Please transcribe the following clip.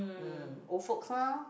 mm old folks lah